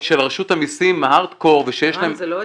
של רשות המסים, ההארד קור --- זה לא הדיון.